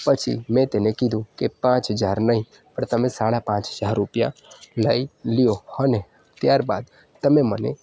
પછી મેં તેને કીધું કે પાંચ હજાર નહીં પણ તમે સાડા પાંચ હજાર રૂપિયા લઈ લ્યો અને ત્યારબાદ તમે મને